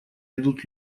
идут